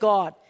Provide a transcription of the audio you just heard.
God